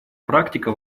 практика